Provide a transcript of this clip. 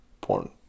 porn